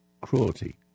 cruelty